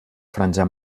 franja